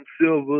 Silver